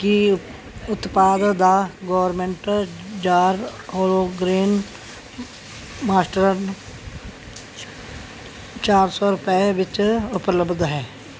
ਕੀ ਉਤਪਾਦ ਦਾ gourmet jar wholegrain mustard ਚਾਰ ਸੌ ਰੁਪਏ ਵਿੱਚ ਉਪਲਬਧ ਹੈ